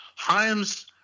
Himes